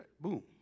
Boom